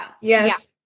yes